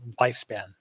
lifespan